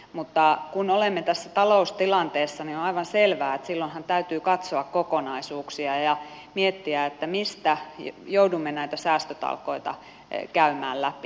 mutta kun olemme tässä taloustilanteessa niin on aivan selvää että silloinhan täytyy katsoa kokonaisuuksia ja miettiä mistä joudumme näitä säästötalkoita käymään läpi